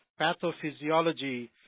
pathophysiology